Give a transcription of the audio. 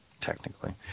Technically